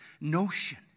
notion